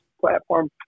platform